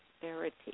prosperity